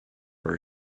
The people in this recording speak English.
for